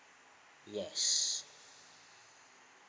yes